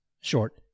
short